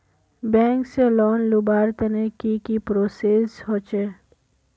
Bank से loan लुबार तने की की प्रोसेस होचे?